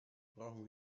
brauchen